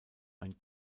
ein